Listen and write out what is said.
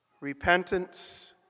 repentance